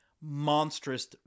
monstrous